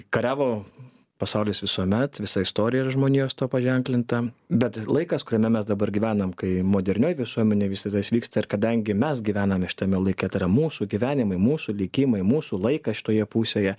kariavo pasaulis visuomet visa istorija yra žmonijos tuo paženklinta bet laikas kuriame mes dabar gyvenam kai modernioj visuomenėj visa tas vyksta ir kadangi mes gyvename šitame laike tai yra mūsų gyvenimai mūsų likimai mūsų laikas šitoje pusėje